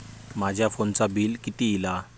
माझ्या फोनचा बिल किती इला?